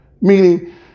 meaning